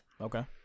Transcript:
Okay